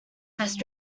best